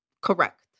Correct